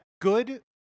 good